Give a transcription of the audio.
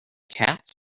cats